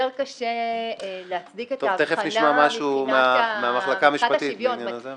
יותר קשה להצדיק את ההבחנה מבחינת השוויון.